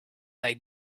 they